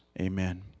amen